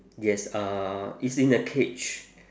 yes uh it's in the cage